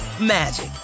magic